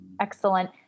Excellent